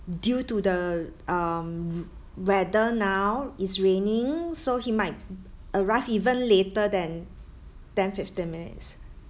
due to the um weather now it's raining so he might arrive even later than ten fifteen minutes